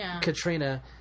Katrina